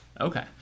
Okay